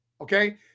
okay